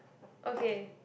okay